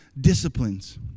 disciplines